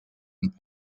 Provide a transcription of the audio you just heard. and